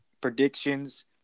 predictions